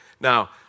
Now